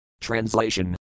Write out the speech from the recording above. Translation